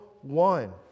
one